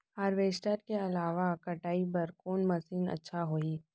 Harvester के अलावा कटाई बर कोन मशीन अच्छा होही?